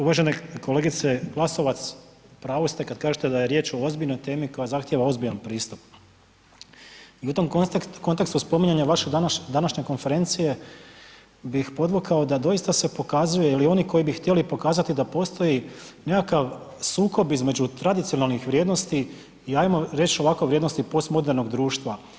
Uvažena kolegica Glasovac, u pravu ste kad kažete da je riječ o ozbiljnoj temi koja zahtijeva ozbiljan pristup i u tom kontekstu vaše današnje konferencije bih podvukao da doista pokazuje ili oni koji bi htjeli pokazati da postoji nekakav sukob između tradicionalnih vrijednosti i ajmo reći ovakve vrijednosti postmodernog društva.